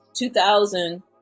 2000